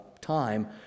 time